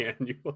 Annual